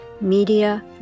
Media